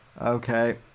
Okay